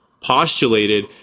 postulated